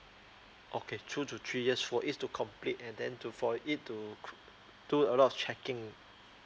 okay two to three years for it to complete and then to for it to do a lot of checking